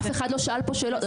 אף אחד לא שאל פה שאלות.